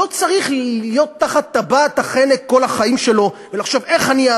לא צריך להיות תחת טבעת החנק כל החיים שלו ולחשוב: איך אני,